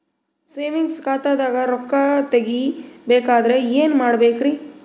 Savings ಖಾತಾದಾಗ ರೊಕ್ಕ ತೇಗಿ ಬೇಕಾದರ ಏನ ಮಾಡಬೇಕರಿ?